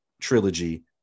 trilogy